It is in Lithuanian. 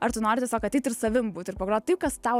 ar tu nori tiesiog ateit ir savimi būt ir pagrot tai kas tau